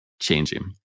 changing